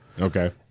Okay